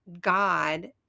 God